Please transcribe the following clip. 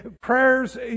prayers